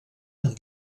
amb